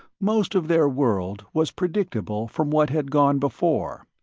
most of their world was predictable from what had gone before.